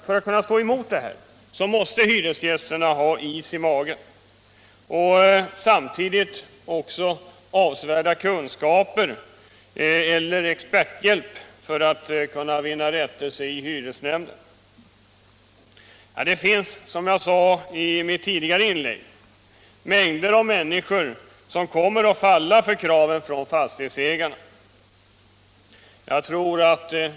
För att kunna stå emot detta måste hyresgästerna ha ”is i magen” och samtidigt också avsevärda kunskaper eller experthjälp för att kunna vinna rättelse i hyresnämnden. Som jag sade i mitt tidigare inlägg kommer mängder av människor att falla för kraven från fastighetsägarna.